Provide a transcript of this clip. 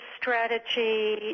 strategy